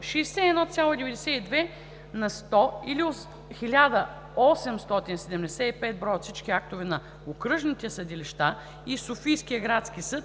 61,92 на сто или 1875 броя от всички актове на окръжните съдилища и Софийския градски съд